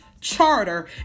charter